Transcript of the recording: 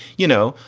you know,